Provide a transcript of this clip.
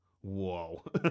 whoa